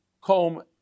comb